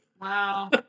Wow